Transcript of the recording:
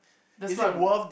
that's why I'm